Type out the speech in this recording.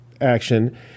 action